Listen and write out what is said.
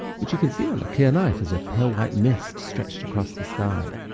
which you can see on a clear night as a pale white mist stretched across the sky.